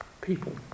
people